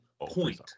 point